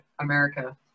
America